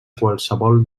qualsevol